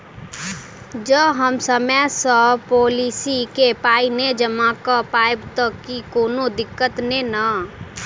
जँ हम समय सअ पोलिसी केँ पाई नै जमा कऽ पायब तऽ की कोनो दिक्कत नै नै?